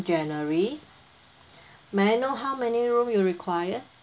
january may I how many room you require